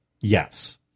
Yes